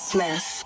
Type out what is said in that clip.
Smith